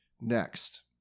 next